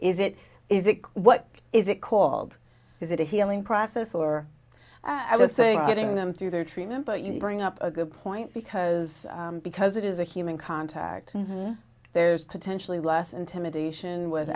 is it is it what is it called is it a healing process or i was saying getting them through their treatment but you bring up a good point because because it is a human contact there's potentially less intimidation w